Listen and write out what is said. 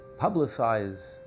publicize